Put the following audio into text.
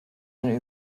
eine